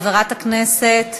חברת הכנסת